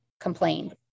complained